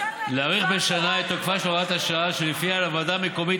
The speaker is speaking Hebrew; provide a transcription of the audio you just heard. זה להאריך בשנה את תוקפה של הוראת השעה שלפיה לוועדה מקומית